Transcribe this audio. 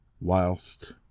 whilst